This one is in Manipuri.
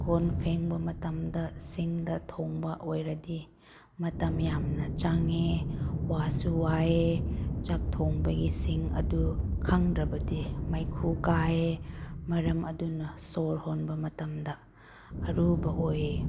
ꯀꯣꯟ ꯐꯦꯡꯕ ꯃꯇꯝꯗ ꯁꯤꯡꯗ ꯊꯣꯡꯕ ꯑꯣꯏꯔꯗꯤ ꯃꯇꯝ ꯌꯥꯝꯅ ꯆꯪꯉꯦ ꯋꯥꯁꯨ ꯋꯥꯏꯌꯦ ꯆꯥꯛ ꯊꯣꯡꯕꯒꯤ ꯁꯤꯡ ꯑꯗꯨ ꯀꯪꯗ꯭ꯔꯕꯗꯤ ꯃꯩꯈꯨ ꯀꯥꯏꯌꯦ ꯃꯔꯝ ꯑꯗꯨꯅ ꯁꯣꯔ ꯍꯣꯟꯕ ꯃꯇꯝꯗ ꯑꯔꯨꯕ ꯑꯣꯏꯌꯦ